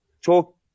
talk